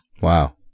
Wow